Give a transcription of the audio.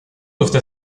doivent